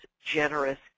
generous